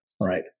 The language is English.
right